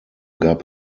gab